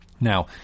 Now